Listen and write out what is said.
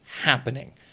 happening